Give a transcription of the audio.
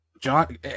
john